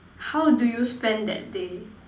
how do you spend that day